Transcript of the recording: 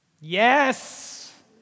yes